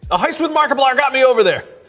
a heist with markiplier got me over there!